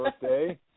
birthday